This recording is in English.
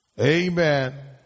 Amen